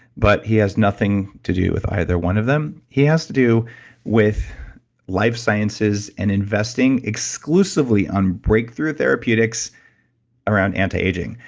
but he has nothing to do with either one of them. he has to do with life sciences and investing exclusively on breakthrough therapeutics around anti-aging.